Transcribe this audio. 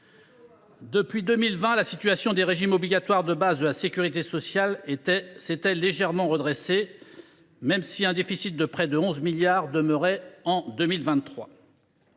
Depuis 2020, la situation des régimes obligatoires de base de la sécurité sociale s’était légèrement redressée, même si un déficit de près de 11 milliards d’euros demeurait en 2023.